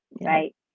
right